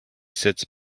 sits